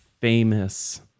famous